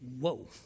whoa